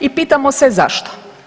I pitamo se zašto?